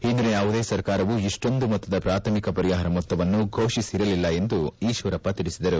ಹಿಂದಿನ ಯಾವುದೇ ಸರ್ಕಾರವು ಇಷ್ಲೊಂದು ಮೊತ್ತದ ಪ್ರಾಥಮಿಕ ಪರಿಹಾರ ಮೊತ್ತವನ್ನು ಘೋಷಿಸಿರಲಿಲ್ಲ ಎಂದು ಈಶ್ವರಪ್ಪ ತಿಳಿಸಿದರು